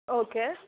okay